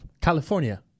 California